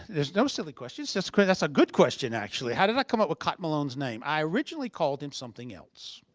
there's no silly question. so that's a good question, actually. how did i come up with cotton malone's name? i originally called him something else.